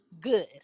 good